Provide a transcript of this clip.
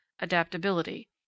adaptability